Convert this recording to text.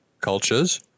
cultures